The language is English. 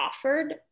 offered